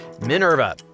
Minerva